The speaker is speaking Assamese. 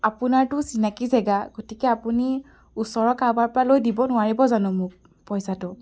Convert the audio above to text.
আপোনাৰতো চিনাকি জেগা গতিকে আপুনি ওচৰৰ কাৰবাৰ পৰা লৈ দিব নোৱাৰিব জানো মোক পইচাটো